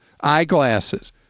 eyeglasses